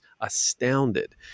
astounded